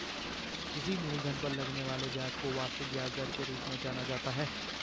किसी मूलधन पर लगने वाले ब्याज को वार्षिक ब्याज दर के रूप में जाना जाता है